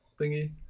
thingy